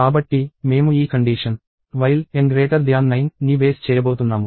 కాబట్టి మేము ఈ కండీషన్ whilen9ని బేస్ చేయబోతున్నాము